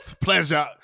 Pleasure